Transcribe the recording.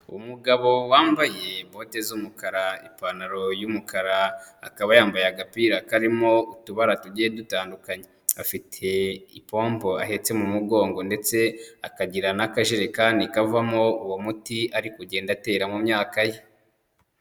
Umugabo wambaye bote z'umukara, ipantaro y'umukara, akaba yambaye agapira karimo utubara tugiye dutandukanye, afite ipombo ahetse mu mugongo ndetse akagira n'akajerekani kavamo uwo muti ari kugenda atera mu myaka ye.